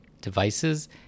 devices